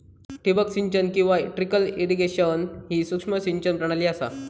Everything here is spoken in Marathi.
ठिबक सिंचन किंवा ट्रिकल इरिगेशन ही सूक्ष्म सिंचन प्रणाली असा